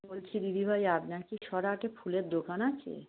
বলছি দিদিভাই আপনার কি ছরাহাটে ফুলের দোকান আছে